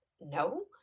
No